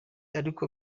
ariko